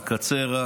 אני אקצר.